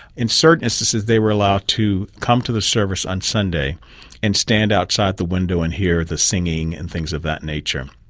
in certain instances they were allowed to come to the service on sunday and stand outside the window and hear the singing and things of that nature.